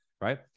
right